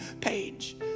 page